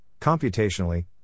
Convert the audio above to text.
computationally